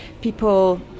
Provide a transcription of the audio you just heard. people